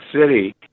City